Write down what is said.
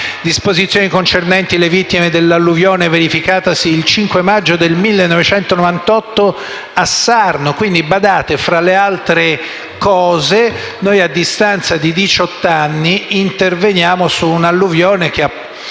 disposizioni concernenti le vittime dell'alluvione verificatasi il 5 maggio del 1998 a Sarno. Badate che, tra le altre cose, a distanza di diciotto anni, interveniamo su un'alluvione che,